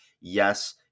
Yes